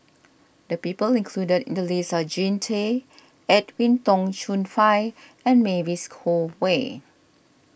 the people included in the list are Jean Tay Edwin Tong Chun Fai and Mavis Khoo Oei